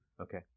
Okay